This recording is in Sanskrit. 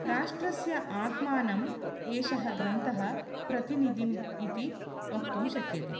राष्ट्रस्य आत्मानं एषः ग्रन्थः प्रतिनिधिम् इति वक्तुं शक्यते